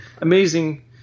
amazing